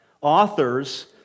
authors